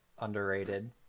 underrated